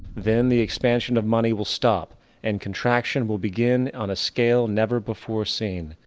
then the expansion of money will stop and contraction will begin on a scale never before seen.